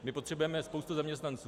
My potřebujeme spoustu zaměstnanců.